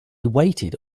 waited